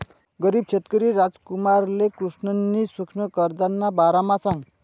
गरीब शेतकरी रामकुमारले कृष्णनी सुक्ष्म कर्जना बारामा सांगं